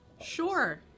sure